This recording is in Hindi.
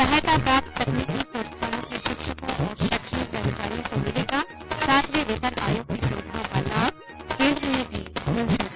सहायता प्राप्त तकनीकी संस्थानों के शिक्षकों और शैक्षणिक कर्मचारियों को मिलेगा सातवें वेतन आयोग की सुविधाओं का लाभ केन्द्र ने दी मंजूरी